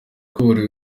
buri